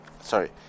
Sorry